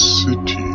city